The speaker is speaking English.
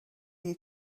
you